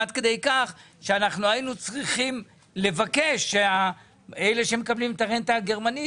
עד כדי כך שהיינו צריכים לבקש שמי שמקבלים את הרנטה הגרמנית